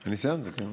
אני סיימתי, כן.